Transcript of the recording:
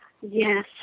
Yes